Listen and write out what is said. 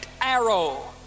arrow